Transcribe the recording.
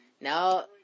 now